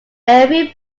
every